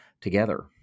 together